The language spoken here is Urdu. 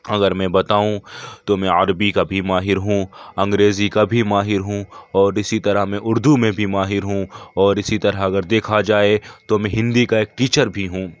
اگر میں بتاؤں تو میں عربی کا بھی ماہر ہوں انگریزی کا بھی ماہر ہوں اور اسی طرح میں اردو میں بھی ماہر ہوں اور اسی طرح اگر دیکھا جائے تو میں ہندی کا ایک ٹیچر بھی ہوں